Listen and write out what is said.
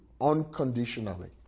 unconditionally